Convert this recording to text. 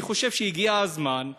אני חושב שהגיע הזמן,